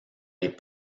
les